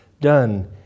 done